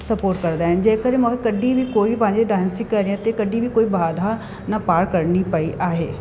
support कंदा आहिनि जंहिं कॾहिं मूंखे कॾहिं बि कोई पंहिंजे डांसिंग केरियर ते कॾहिं बि कोई बाधा न पार करिणी पेई आहे